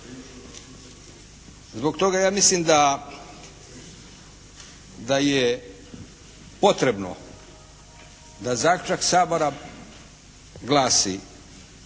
Zbog toga ja mislim da je potrebno da zaključak Sabora glasi